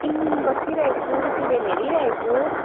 यी बसिरहेको छु सिरियल हेरिरहेको छु